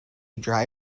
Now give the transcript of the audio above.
dry